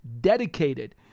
dedicated